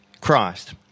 Christ